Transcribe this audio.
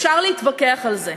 אפשר להתווכח על זה.